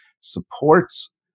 supports